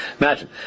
Imagine